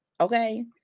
Okay